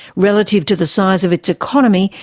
relative to the size of its economy,